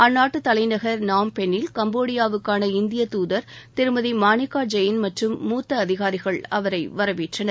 அந்நாட்டு தலைநகர் நாம்பென்னில் கம்போடியாவுக்கான இந்தியத் தூதர் திருமதி மாணிக்கா ஜெயின் மற்றும் மூத்த அதிகாரிகள் அவரை வரவேற்றனர்